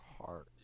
heart